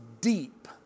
deep